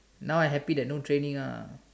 now I happy that no training ah